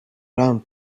round